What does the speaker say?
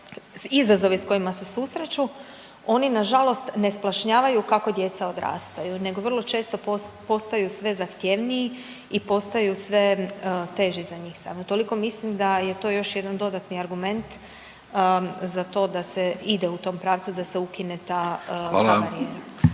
izazove s kojima se susreću, oni nažalost ne splašnjavaju kako djeca odrastaju nego vrlo često postaju sve zahtjevniji i postaju sve teži za njih same. Toliko mislim da je to još jedan dodatni argument za to da se ide u tom pravcu da se ukine ta mjera.